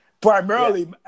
Primarily